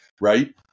right